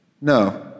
No